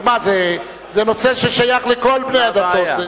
מה, זה נושא ששייך לכל בני הדתות.